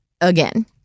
again